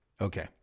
Okay